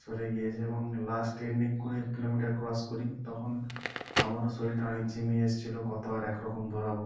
সরে গিয়েছে এবং লাস্ট এন্ডিং কুড়ি কিলোমিটার ক্রস করি তখন আমারও শরীরটা অনেক ঝিমিয়ে এসেছিলো কত আর একরকম দৌড়াবো